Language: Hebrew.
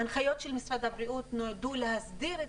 הנחיות משרד הבריאות נועדו להסדיר את